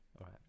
right